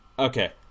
Okay